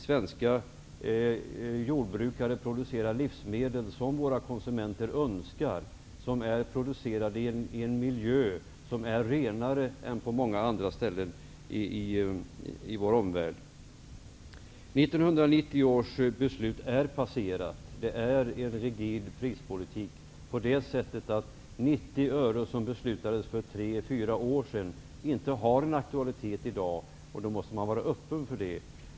Svenska jordbrukare producerar livsmedel som våra konsumenter önskar ha i en miljö som är renare än på många andra ställen i vår omvärld. 1990 års beslut har passerat. Det utgör en rigid prispolitik så till vida att 90 öre, som beslutades för tre fyra år sedan, inte har någon aktualitet i dag. Vi måste vara öppna för det.